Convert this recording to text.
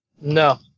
no